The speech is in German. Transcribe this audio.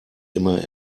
immer